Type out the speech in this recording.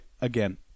again